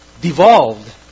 devolved